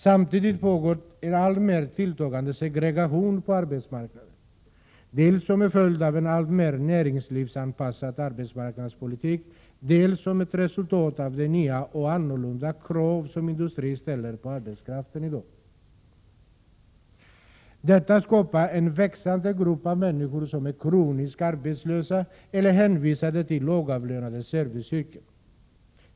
Samtidigt har vi en alltmer tilltagande segregation på arbetsmarknaden — dels som en följd av en alltmer näringslivsanpassad arbetsmarknadspolitik, dels som ett resultat av de nya och annorlunda krav som industrin ställer på arbetskraften i dag. Detta skapar en växande grupp av människor som är kroniskt arbetslösa eller som är hänvisade till lågavlönade serviceyrken.